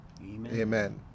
Amen